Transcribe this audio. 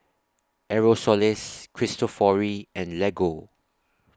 Aerosoles Cristofori and Lego